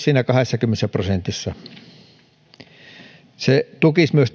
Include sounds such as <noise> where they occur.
<unintelligible> siinä kahdessakymmenessä prosentissa se tukisi myös <unintelligible>